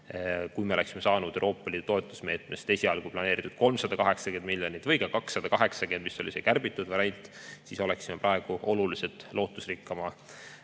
Kui me oleksime saanud Euroopa Liidu toetusmeetmest esialgu planeeritud 380 miljonit või ka 280 miljonit, mis oli kärbitud variant, siis oleksime praegu oluliselt lootusrikkamas